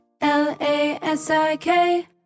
L-A-S-I-K